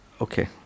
Okay